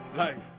life